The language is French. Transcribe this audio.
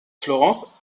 florence